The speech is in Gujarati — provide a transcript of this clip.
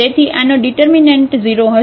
તેથી આનો ડિટર્મિનન્ટ 0 હશે